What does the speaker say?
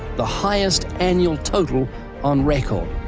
the highest annual total on record.